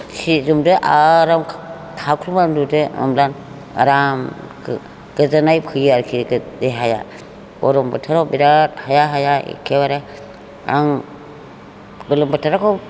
सि जोमदो आराम खावख्लुमना उन्दुदो होमब्ला आराम गोजोननाय फैयो आरोखि देहाया गरम बोथोराव बिराद हाया हाया एखेबारे आं गोलोम बोथोराखौ